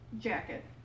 jacket